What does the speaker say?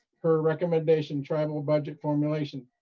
per recommendation, tribal budget formulation.